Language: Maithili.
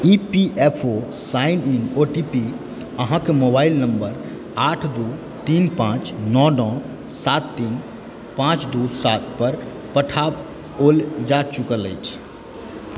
E P F O sign in O T P अहाँकेँ मोबाइल नम्बर आठ दू तीन पाँच नओ नओ सात तीन पाँच दू सात पर पठाओल जा चुकल अछि